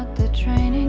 the train